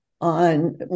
on